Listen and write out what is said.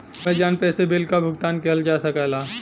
Amazon पे से bill क भुगतान किहल जा सकला